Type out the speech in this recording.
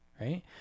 right